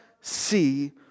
see